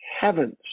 heavens